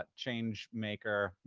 ah change maker,